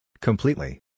Completely